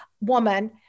woman